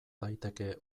daiteke